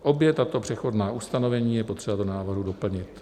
Obě tato přechodná ustanovení je potřeba do návrhu doplnit.